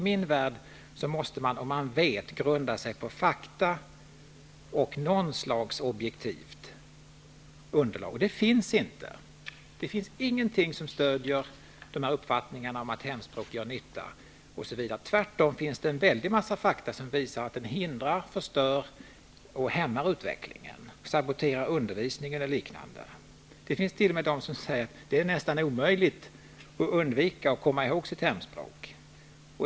I min värld måste man, om man säger sig veta, grunda sig på fakta och på något slags objektivt underlag. Men det finns inte någonting som stöder uppfattningen att undervisning i hemspråk gör nytta. Tvärtom finns det väldigt många fakta som visar att hemspråksundervisning hindrar, förstör och hämmar utvecklingen, samtidigt som den saboterar undervisningen. Det finns t.o.m. de som säger att det nästan är omöjligt att undvika att komma ihåg sitt hemspråk.